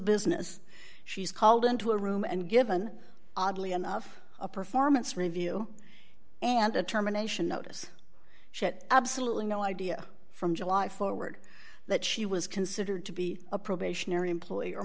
business she's called into a room and given oddly enough a performance review and a terminations notice that absolutely no idea from july forward that she was considered to be a probationary employer